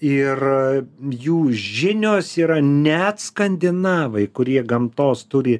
ir jų žinios yra net skandinavai kurie gamtos turi